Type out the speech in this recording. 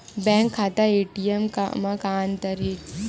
Bank खाता ATM मा का अंतर हे?